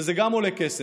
שזה גם עולה כסף.